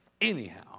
Anyhow